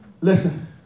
Listen